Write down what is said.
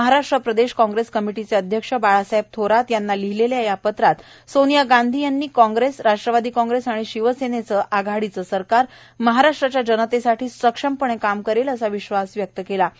महाराष्ट्र प्रदेश कांग्रेस कमिटीचे अध्यक्ष बाळासाहेब थोरात यांना लिहिलेल्या या पत्रात सोनिया गांधी यांनी कांग्रेस राष्ट्रवादी कांग्रेस आणि शिवसेना आघाडीचं सरकार महाराष्ट्राच्या जनतेसाठी सक्षमपणे काम करेल असा विश्वास व्यक्त केला आहे